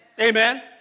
Amen